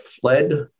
fled